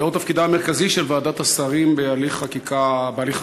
לאור תפקידה המרכזי של ועדת השרים בהליך חקיקה,